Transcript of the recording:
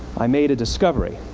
i made a discovery.